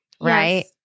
right